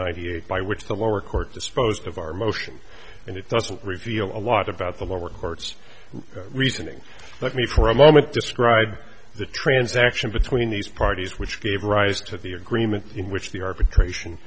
ninety eight by which the lower court disposed of our motion and it doesn't reveal a lot about the lower court's reasoning let me for a moment describe the transaction between these parties which gave rise to the agreement in which the arbitration